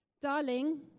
Darling